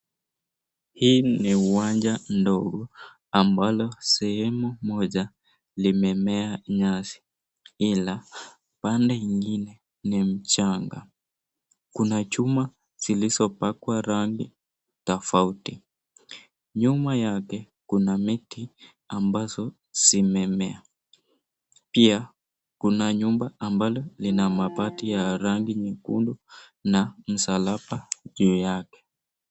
Hii ni uwanja ndogo ambalo sehemu moja limemea nyasi ila pande ingine ni mchanga. Kuna chuma zilizopakwa rangi tofauti. Nyuma yake kuna miti ambazo zimemea. Pia kuna nyumba ambalo lina mabati ya rangi nyekundu na msalaba juu yake.